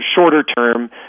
shorter-term